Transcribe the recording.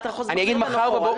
אתה מחזיר אותנו אחורה.